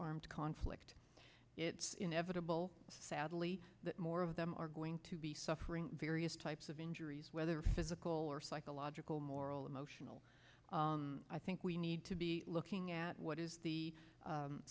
and conflict it's inevitable sadly that more of them are going to be suffering various types of injuries whether physical or psychological moral emotional i think we need to be looking at what is the